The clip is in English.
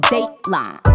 Dateline